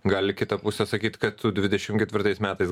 gali kita pusė atsakyt kad dvidešimt ketvirtais metais